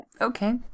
Okay